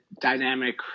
dynamic